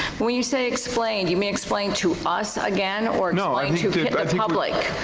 when you say explain, do you mean explain to us ah again or. no, i like